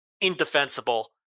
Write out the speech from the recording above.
indefensible